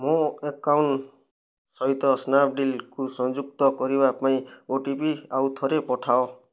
ମୋ ଆକାଉଣ୍ଟ ସହିତ ସ୍ନାପ୍ଡୀଲ୍କୁ ସଂଯୁକ୍ତ କରିବା ପାଇଁ ଓ ଟି ପି ଆଉ ଥରେ ପଠାଅ